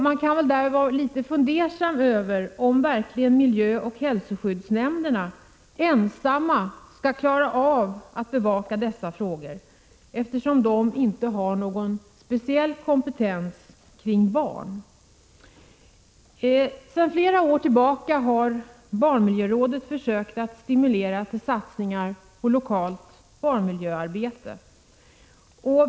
Man kan vara litet fundersam över om verkligen miljöoch hälsoskyddsnämnderna ensamma skall klara av att bevaka dessa frågor, eftersom de inte har någon speciell kompetens i fråga om barn. Sedan flera år tillbaka har barnmiljörådet försökt stimulera till satsningar på lokalt barnmiljöarbete.